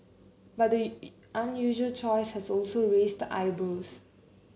but the unusual choice has also raised the eyebrows